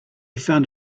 found